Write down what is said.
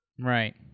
Right